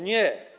Nie.